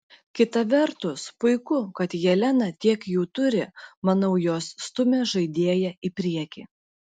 kita vertus puiku kad jelena tiek jų turi manau jos stumia žaidėją į priekį